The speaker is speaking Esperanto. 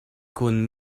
kun